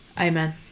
amen